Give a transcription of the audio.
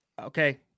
okay